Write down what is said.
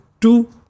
two